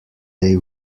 they